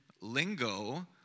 lingo